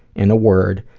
in a word,